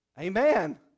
Amen